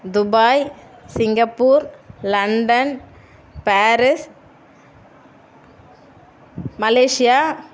Dubai Singapore London Paris Malaysia